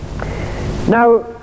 now